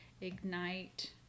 ignite